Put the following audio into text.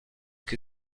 que